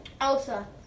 Elsa